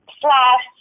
slash